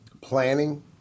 planning